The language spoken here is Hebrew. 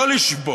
לא לשבור.